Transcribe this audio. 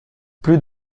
plus